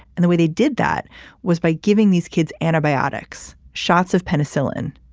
and the way they did that was by giving these kids antibiotics, shots of penicillin.